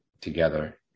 together